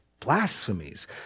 blasphemies